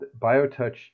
BioTouch